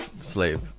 slave